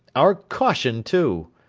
our caution too!